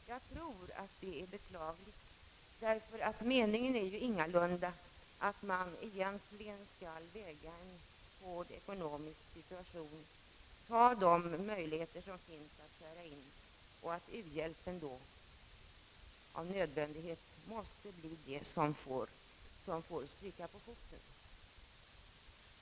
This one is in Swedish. Jag tror att det är beklagligt därför att meningen ingalunda är att man egentligen skall väga en hård ekonomisk situation mot de möjligheter som finns att skära ut och att u-hjälpen då med nödvändighet måste bli det som får stryka på foten.